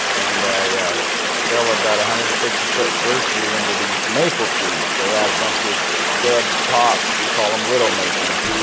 and yeah i fell about one hundred and fifty foot fir tree into these maple trees. they had a bunch of dead tops. we call them widowmakers